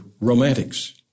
romantics